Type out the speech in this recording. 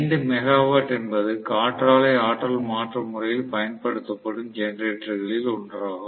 5 megawatt என்பது காற்றாலை ஆற்றல் மாற்ற முறையில் பயன்படுத்தப்படும் ஜெனரேட்டர்களில் ஒன்றாகும்